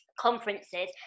conferences